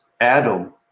Adam